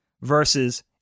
versus